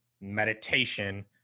meditation